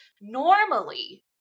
Normally